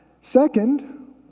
second